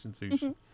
sushi